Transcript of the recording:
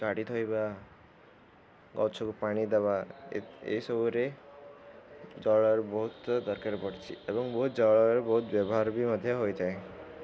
ଗାଡ଼ି ଧୋଇବା ଗଛକୁ ପାଣି ଦେବା ଏଇସବୁରେ ଜଳର ବହୁତ ଦରକାର ପଡ଼ିଛି ଏବଂ ବହୁତ ଜଳର ବହୁତ ବ୍ୟବହାର ବି ମଧ୍ୟ ହୋଇଥାଏ